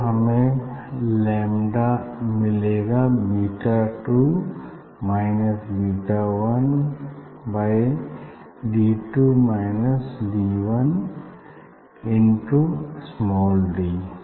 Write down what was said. तब हमें लैम्डा मिलेगा beta two minus beta one by d two minus d one in two small D